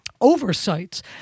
Oversights